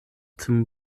zum